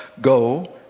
go